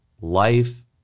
life